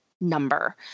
number